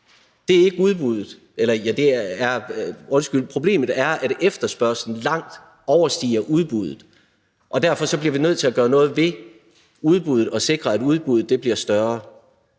verden. Lige nu er problemet, at efterspørgslen langt overstiger udbuddet, og derfor bliver vi nødt til at gøre noget ved udbuddet og sikre, at udbuddet bliver større,